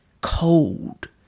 cold